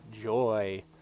joy